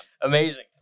Amazing